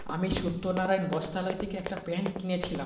আমি সত্যনারায়ণ বস্ত্রালয় থেকে একটা প্যান্ট কিনেছিলাম